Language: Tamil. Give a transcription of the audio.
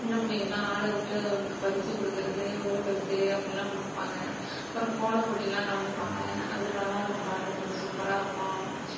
சின்ன பிள்ளைங்கல்லாம் ஆட விட்டு அதுகளுக்கு பரிசு கொடுக்குறது முதல் பரிசு அப்படில்லான் கொடுப்பாங்க அப்புறம் கோலப்போட்டிலாம் கலந்துப்பாங்க அது நல்லாயிருக்கும் பார்க்குறதுக்கு சூப்பராக இருக்கும்